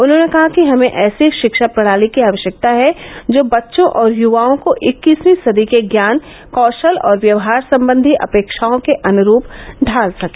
उन्होंने कहा कि हमें ऐसी शिक्षा प्रणाली की आवश्यकता है जो बच्चों और युवाओं को इक्कीसवीं सदी के ज्ञान कौशल और व्यवहार संबंधी अपेक्षाओं के अनुरूप ढाल सके